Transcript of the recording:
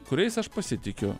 kuriais aš pasitikiu